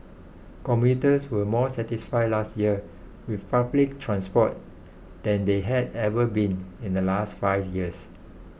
commuters were more satisfied last year with public transport than they had ever been in the last five years